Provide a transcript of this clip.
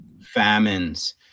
famines